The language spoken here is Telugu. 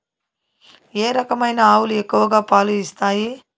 ఏ రకమైన ఆవులు ఎక్కువగా పాలు ఇస్తాయి?